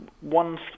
one